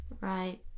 Right